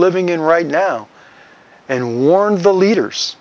living in right now and warned the leaders